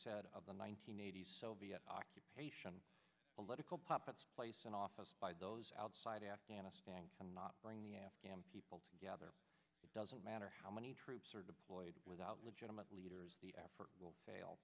war of the one nine hundred eighty soviet occupation political puppets place and office by those outside afghanistan cannot bring the afghan people together it doesn't matter how many troops are deployed without legitimate leaders the effort will fail